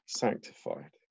sanctified